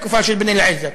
בתקופה של בן-אליעזר.